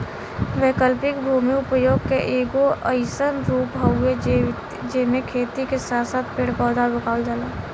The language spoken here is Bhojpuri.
वैकल्पिक भूमि उपयोग के एगो अइसन रूप हउवे जेमे खेती के साथ साथ पेड़ पौधा भी उगावल जाला